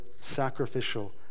sacrificial